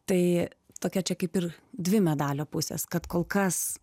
tai tokia čia kaip ir dvi medalio pusės kad kol kas